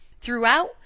throughout